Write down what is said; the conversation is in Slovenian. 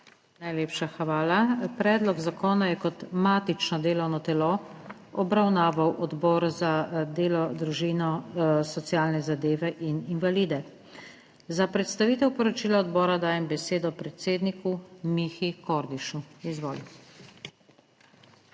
Najlepša hvala. Predlog zakona je kot matično delovno telo obravnaval Odbor za delo, družino, socialne zadeve in invalide. za predstavitev poročila odbora dajem besedo predsedniku Mihi Kordišu. Izvoli.